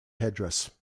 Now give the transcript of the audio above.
headdress